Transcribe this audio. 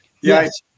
Yes